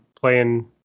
playing